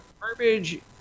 garbage